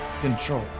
control